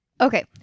Okay